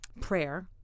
prayer